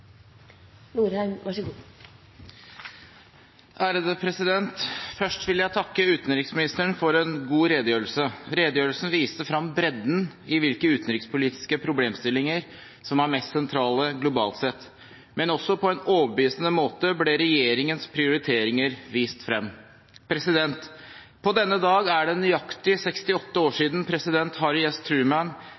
Først vil jeg takke utenriksministeren for en god redegjørelse. Redegjørelsen viste frem bredden i hvilke utenrikspolitiske problemstillinger som er mest sentrale globalt sett, men også regjeringens prioriteringer ble på en overbevisende måte vist frem. På denne dag er det nøyaktig 68 år siden president Harry S. Truman